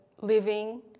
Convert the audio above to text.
living